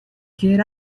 get